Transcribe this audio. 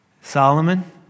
Solomon